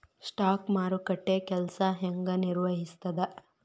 stock ಮಾರುಕಟ್ಟೆ ಕೆಲ್ಸ ಹೆಂಗ ನಿರ್ವಹಿಸ್ತದ